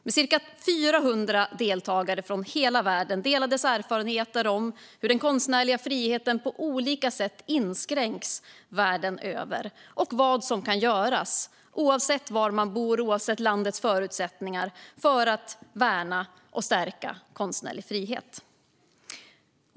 Med cirka 400 deltagare från hela världen delades erfarenheter om hur den konstnärliga friheten på olika sätt inskränks världen över och vad som kan göras, oavsett var man bor och oavsett landets förutsättningar, för att värna och stärka konstnärlig frihet.